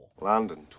London